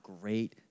great